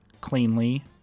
cleanly